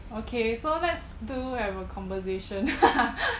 okay so let's two have a conversation